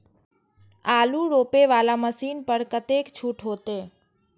आलू रोपे वाला मशीन पर कतेक छूट होते?